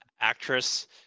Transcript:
actress